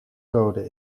code